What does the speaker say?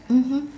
mmhmm